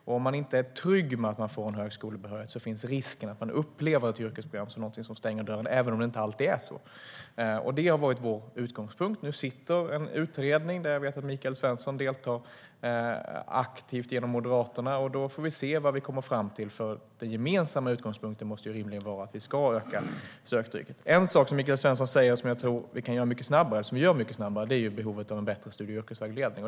Om man inte är trygg med att man får en högskolebehörighet finns risken att man upplever ett yrkesprogram som någonting som stänger dörren, även om det inte alltid är så. Det har varit vår utgångspunkt. Nu arbetar en utredning, där jag vet att Michael Svensson deltar aktivt genom Moderaterna. Vi får se vad vi kommer fram till. Den gemensamma utgångspunkten måste rimligen vara att vi ska öka söktrycket. En sak som Michael Svensson säger som jag tror att vi kan göra mycket snabbare, och som vi gör mycket snabbare, är att se till behovet av en bättre studie och yrkesvägledning.